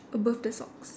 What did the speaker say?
above the socks